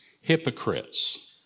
hypocrites